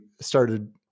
started